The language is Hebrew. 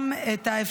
גם את האפשרות,